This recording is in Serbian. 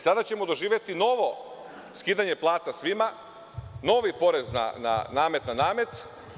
Sada ćemo doživeti novo skidanje plata svima, novi porez namet na namet.